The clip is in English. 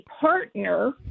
partner